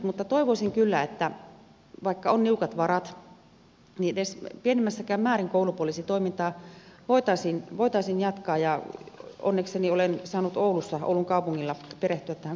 mutta toivoisin kyllä että vaikka on niukat varat niin edes pienimmässä määrin koulupoliisitoimintaa voitaisiin jatkaa ja onnekseni olen saanut oulun kaupungilla perehtyä tähän koulupoliisitoimintaan